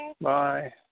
Bye